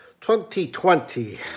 2020